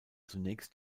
zunächst